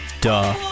Duh